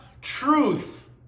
truth